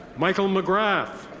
michael mcgrath.